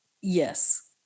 Yes